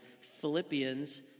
Philippians